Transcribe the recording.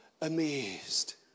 amazed